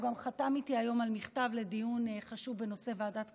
הוא גם חתם איתי היום על מכתב לדיון חשוב בוועדת הכספים,